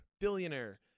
billionaire